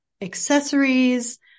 accessories